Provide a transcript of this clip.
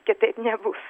kitaip nebus